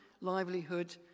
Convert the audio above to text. livelihood